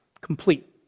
complete